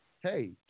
hey